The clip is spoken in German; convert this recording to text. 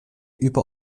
über